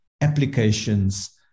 applications